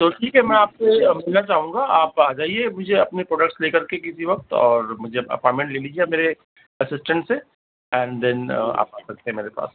تو ٹھیک ہے میں آپ سے ملنا چاہوں گا آپ آ جائیے مجھے اپنے پروڈکٹس لے کر کے کسی وقت اور مجھے اپوائنٹمنٹ لے لیجیے میرے اسسٹینٹ سے اینڈ دین آپ آ کر کے میرے پاس